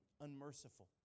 unmerciful